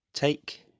Take